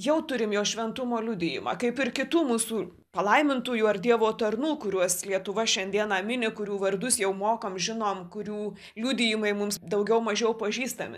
jau turim jo šventumo liudijimą kaip ir kitų mūsų palaimintųjų ar dievo tarnų kuriuos lietuva šiandieną mini kurių vardus jau mokam žinom kurių liudijimai mums daugiau mažiau pažįstami